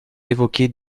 évoquer